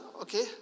okay